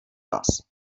vás